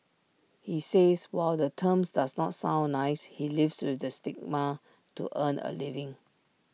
he says while the terms does not sound nice he lives with the stigma to earn A living